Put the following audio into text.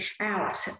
out